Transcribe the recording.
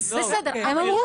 הם אמרו.